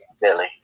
Billy